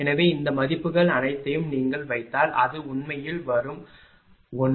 எனவே இந்த மதிப்புகள் அனைத்தையும் நீங்கள் வைத்தால் அது உண்மையில் வரும் 1